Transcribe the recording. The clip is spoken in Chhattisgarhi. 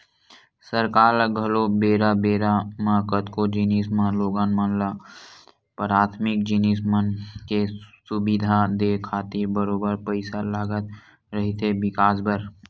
सरकार ल घलो बेरा बेरा म कतको जिनिस म लोगन मन ल पराथमिक जिनिस मन के सुबिधा देय खातिर बरोबर पइसा लगत रहिथे बिकास बर